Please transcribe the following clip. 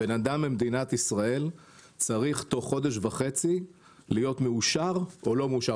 אדם במדינת ישראל צריך תוך חודש וחצי להיות מאושר או לא מאושר.